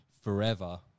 forever